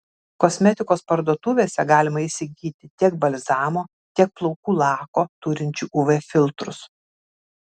kosmetikos parduotuvėse galima įsigyti tiek balzamo tiek plaukų lako turinčių uv filtrus